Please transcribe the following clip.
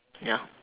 ya